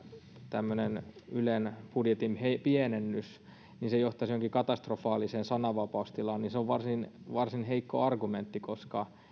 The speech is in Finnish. tämmöinen ylen budjetin pienennys johtaisi johonkin katastrofaaliseen sananvapaustilaan on varsin varsin heikko argumentti koska